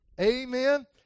amen